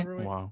Wow